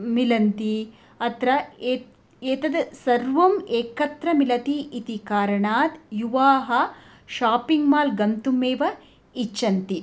मिलन्ति अत्र ए एतद् सर्वम् एकत्रं मिलति इति कारणात् युवाः शापिङ्ग् माल् गन्तुमेव इच्छन्ति